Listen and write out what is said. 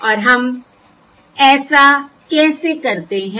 और हम ऐसा कैसे करते हैं